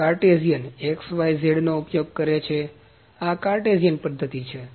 Cartesian x y z નો ઉપયોગ કરે છે આ કાર્ટેઝિયન પદ્ધતિ છે